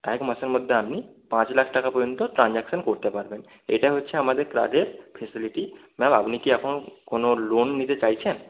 এক মাসের মধ্যে আপনি পাঁচ লাখ টাকা পর্যন্ত ট্রানজ্যাকশন করতে পারবেন এইটা হচ্ছে আমাদের কার্ডের ফেসিলিটি ম্যাম আপনি কি এখন কোনো লোন নিতে চাইছেন